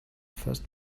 first